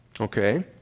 okay